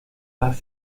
las